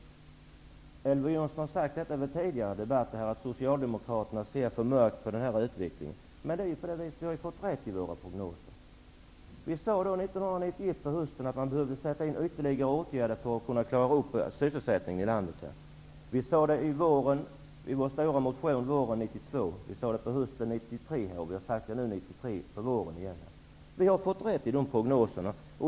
Elver Jonsson har även i tidigare debatter sagt att Socialdemokraterna ser för mörkt på utvecklingen. Men vi har ju fått rätt i våra prognoser. Vi sade hösten 1991 att man behöver sätta in ytterligare åtgärder för att klara sysselsättningen i landet. Vi sade det också i vår stora motion våren 1992, vi framhöll det hösten 1992 och har också gjort det nu under våren 1993. Vi har fått rätt i dessa bedömningar.